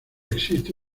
existe